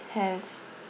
have